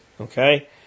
Okay